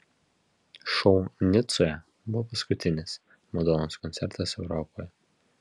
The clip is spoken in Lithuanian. šou nicoje buvo paskutinis madonos koncertas europoje